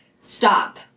stop